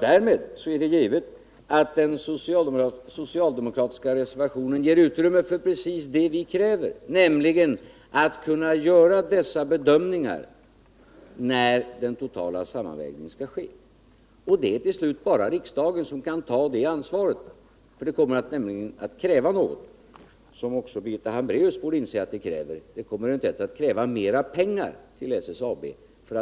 Därmed är det givet att den socialdemokratiska reservationen ger utrymme för precis det vi kräver, nämligen att man skall kunna göra dessa bedömningar när den totala sammanvägningen skall ske. Det är till slut bara riksdagen som kan ta det ansvaret, för det kommer att kräva något som också Birgitta Hambraeus borde inse, nämligen mer pengar till SSAB så